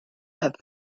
had